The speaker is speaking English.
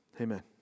Amen